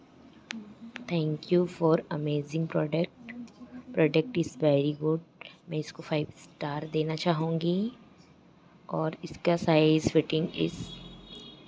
thank you for amazing product product is very good मैं इसको five star देना चाहूँगी और इसका साइज़ फ़िटिंग इज़